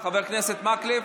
חבר הכנסת מקלב.